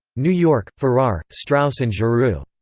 new york farrar, straus and giroux.